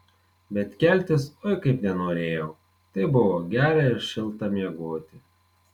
bet keltis oi kaip nenorėjau taip buvo gera ir šilta miegoti